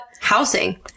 housing